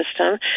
system